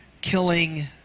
killing